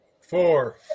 Four